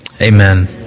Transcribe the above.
Amen